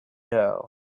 doe